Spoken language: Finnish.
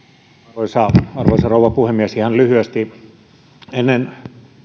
arvoisa arvoisa rouva puhemies ihan lyhyesti ennen